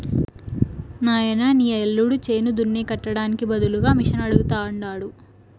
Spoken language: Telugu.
నాయనా నీ యల్లుడు చేను దున్నే కట్టానికి బదులుగా మిషనడగతండాడు